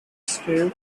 slave